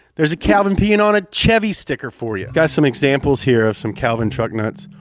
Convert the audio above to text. there's a calvin peeing on a chevy sticker for you. got some examples here of some calvin truck nuts.